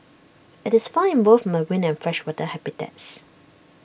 IT is found in both marine and freshwater habitats